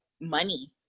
money